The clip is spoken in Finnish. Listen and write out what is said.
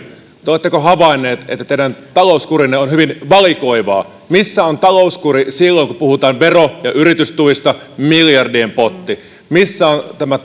mutta oletteko havainneet että teidän talouskurinne on hyvin valikoivaa missä on talouskuri silloin kun puhutaan vero ja yritystuista miljardien potista missä on tämä